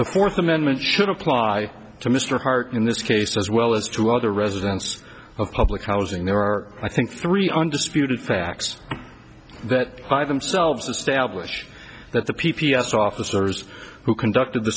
the fourth amendment should apply to mr hart in this case as well as to other residents of public housing there are i think three undisputed facts that by themselves establish that the p p s officers who conducted the